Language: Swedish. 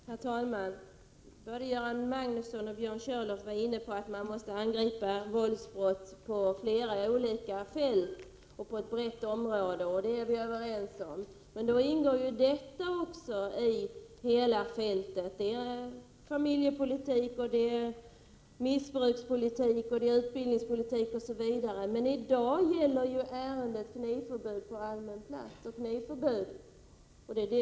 Herr talman! Både Göran Magnusson och Björn Körlof var inne på tanken att man på flera olika fält måste motverka våldsbrotten. Det är vi överens om. Men då ingår ju även familjepolitik, missbrukspolitik, utbildningspolitik, osv. I dag gäller det ju knivförbud på allmän plats.